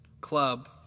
club